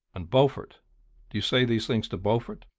and beaufort do you say these things to beaufort?